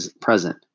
present